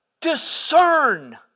Discern